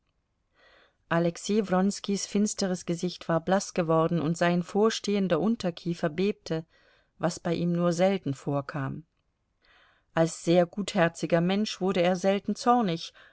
wronskis finsteres gesicht war blaß geworden und sein vorstehender unterkiefer bebte was bei ihm nur selten vorkam als sehr gutherziger mensch wurde er selten zornig